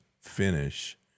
finish